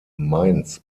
mainz